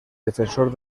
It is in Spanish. defensor